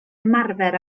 ymarfer